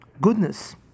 goodness